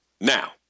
Now